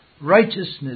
righteousness